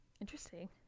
interesting